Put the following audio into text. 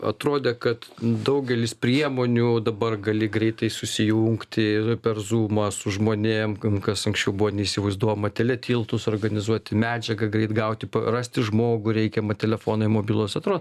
atrodė kad daugelis priemonių dabar gali greitai susijungti ir per zūmą su žmonėm ten kas anksčiau buvo neįsivaizduojama telia tiltus organizuoti medžiagą greit gauti rasti žmogų reikiamą telefonai mobilūs atrodo